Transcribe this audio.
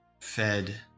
fed